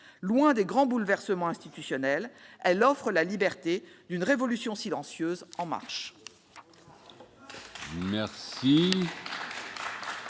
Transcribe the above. Loin des grands bouleversements institutionnels, elle offre la liberté d'une révolution silencieuse en marche